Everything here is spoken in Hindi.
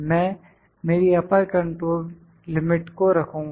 मैं मेरी अपर कंट्रोल लिमिट को रखूंगा